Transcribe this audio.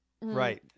right